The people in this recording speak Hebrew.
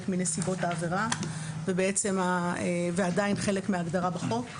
מנסיבות העבירה וזה עדיין חלק מההגדרה בחוק,